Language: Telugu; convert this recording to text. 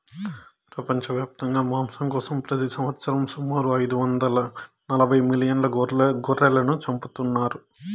ప్రపంచవ్యాప్తంగా మాంసం కోసం ప్రతి సంవత్సరం సుమారు ఐదు వందల నలబై మిలియన్ల గొర్రెలను చంపుతున్నారు